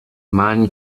man